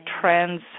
trends